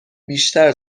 بیشتر